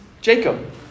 Jacob